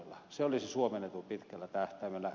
se olisi suomen etu pitkällä tähtäimellä